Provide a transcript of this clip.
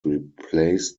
replaced